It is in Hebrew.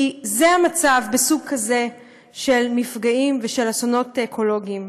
כי זה המצב בסוג כזה של מפגעים ושל אסונות אקולוגיים.